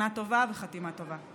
שנה טובה וחתימה טובה.